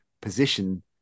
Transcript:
position